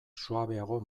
suabeago